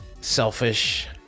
selfish